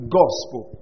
gospel